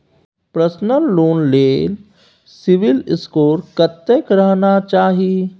Personal loan ले CIBIL score कत्ते रहना चाही?